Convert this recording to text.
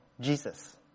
Jesus